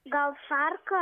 gal šarka